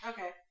Okay